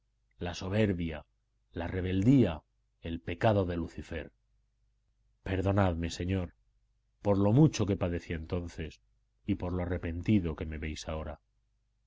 la soberbia la rebeldía el pecado de lucifer perdonadme señor por lo mucho que padecí entonces y por lo arrepentido que me veis ahora